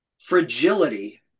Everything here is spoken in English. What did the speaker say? fragility